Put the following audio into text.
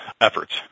efforts